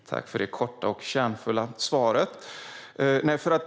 Fru talman! Tack för det korta och kärnfulla svaret, Tina Acketoft!